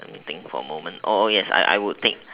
let me think for moment oh yes I I would take